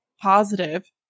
positive